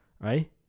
right